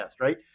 right